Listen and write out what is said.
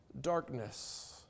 darkness